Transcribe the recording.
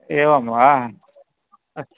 एवं वा अस्तु